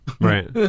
right